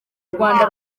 rwanda